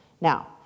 Now